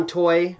toy